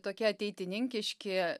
tokie ateitininkiški